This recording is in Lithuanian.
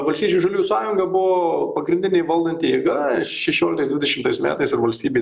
valstiečių žaliųjų sąjunga buvo pagrindinė valdanti jėga šešioliktais dvidešimtais metais ir valstybė